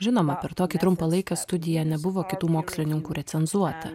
žinoma per tokį trumpą laiką studija nebuvo kitų mokslininkų recenzuota